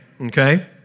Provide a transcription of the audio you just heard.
Okay